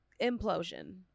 implosion